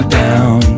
down